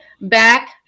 back